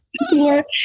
more